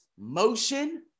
motion